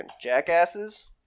jackasses